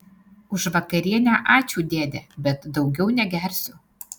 už vakarienę ačiū dėde bet daugiau negersiu